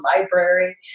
library